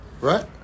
right